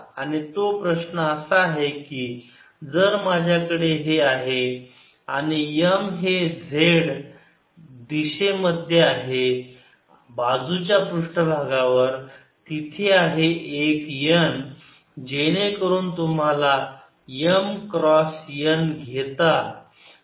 आणि तो प्रश्न असा आहे की जर माझ्याकडे हे आहे आणि M हे z दिशेमध्ये आहे बाजूच्या पृष्ठभागावर तिथे आहे एक n जेणेकरून तुम्ही M क्रास n घेता